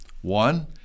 One